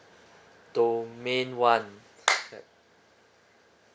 domain one